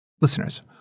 Listeners